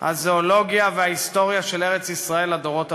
הזואולוגיה וההיסטוריה של ארץ-ישראל לדורות הבאים.